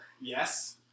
Yes